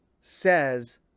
says